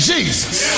Jesus